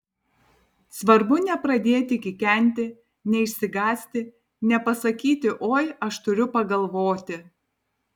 svarbu nepradėti kikenti neišsigąsti nepasakyti oi aš turiu pagalvoti